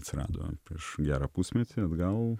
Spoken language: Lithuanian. atsirado prieš gerą pusmetį atgal